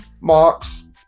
Marks